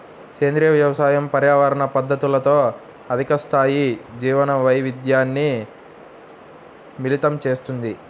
సేంద్రీయ వ్యవసాయం పర్యావరణ పద్ధతులతో అధిక స్థాయి జీవవైవిధ్యాన్ని మిళితం చేస్తుంది